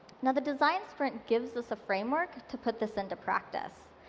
and the design sprint gives us a framework to put this into practice.